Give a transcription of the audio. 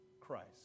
Christ